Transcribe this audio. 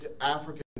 African